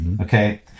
Okay